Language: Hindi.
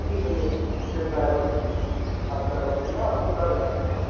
जी भैया केब ड्राइवर बात कर रहा हूँ भैया आपको कहाँ जाना है